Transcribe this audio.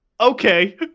okay